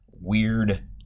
weird